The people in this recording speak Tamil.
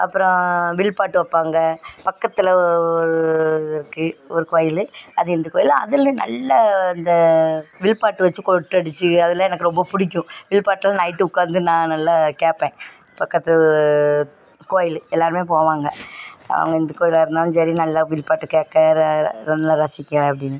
அப்புறம் வில் பாட்டு வைப்பாங்க பக்கத்தில் இருக்கு ஒரு கோயில் அது எந்த கோயில் அதில் நல்ல இந்த வில் பாட்டு வச்சு கொட்டு அடிச்சு அதெலாம் எனக்கு ரொம்ப பிடிக்கும் வில் பாட்டு எல்லாம் நைட்டு உட்காந்து நான் நல்லா கேட்பேன் பக்கத்து கோயில் எல்லாருமே போவாங்க அவங்க எந்த கோயிலாக இருந்தாலும் சரி நல்லா வில் பாட்டு கேட்க நல்லா ரசிக்க அப்படின்னு